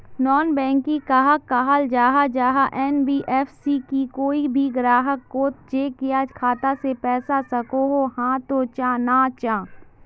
Non banking कहाक कहाल जाहा जाहा एन.बी.एफ.सी की कोई भी ग्राहक कोत चेक या खाता से पैसा सकोहो, हाँ तो चाँ ना चाँ?